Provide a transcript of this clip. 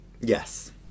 Yes